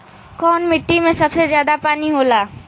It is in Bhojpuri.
कौन मिट्टी मे सबसे ज्यादा पानी होला?